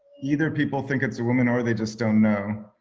either people think it's a woman or they just don't know.